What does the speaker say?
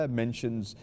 mentions